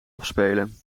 afspelen